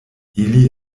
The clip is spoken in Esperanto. ili